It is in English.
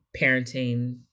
parenting